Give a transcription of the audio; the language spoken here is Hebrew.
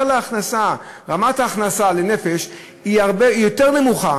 סל ההכנסה, רמת ההכנסה לנפש יותר נמוכה